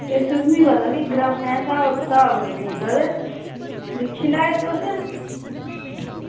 केसर तुसेंगी पता भी ग्रामें दे भाव गै बिकदा ते दिक्खी लैयो तुस